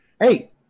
Hey